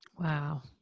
Wow